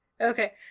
Okay